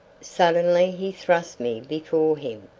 suddenly he thrust me before him,